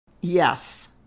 Yes